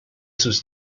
sus